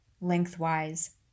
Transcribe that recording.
lengthwise